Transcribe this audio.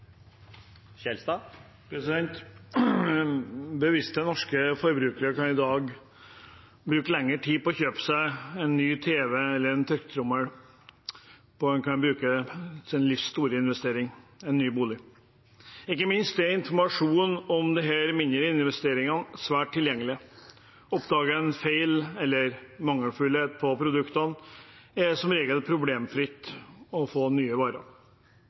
dag bruke lengre tid på å kjøpe seg en ny tv eller en tørketrommel enn det en bruker på sitt livs store investering, en ny bolig. Ikke minst er informasjon om disse mindre investeringene svært tilgjengelig. Oppdager en feil eller mangler på produktene, er det som regel problemfritt å få nye varer.